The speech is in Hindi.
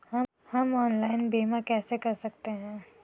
हम ऑनलाइन बीमा कैसे कर सकते हैं?